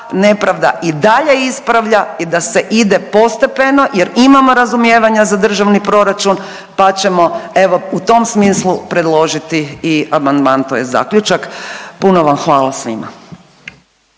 nepravda i dalje ispravlja i da se ide postepeno jer imamo razumijevanja za Državni proračun pa ćemo evo u tom smislu predložiti i amandman tj. zaključak. Puno vam hvala svima.